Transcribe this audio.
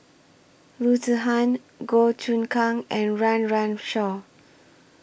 Loo Zihan Goh Choon Kang and Run Run Shaw